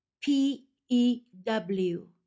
p-e-w